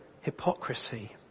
hypocrisy